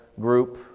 Group